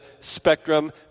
spectrum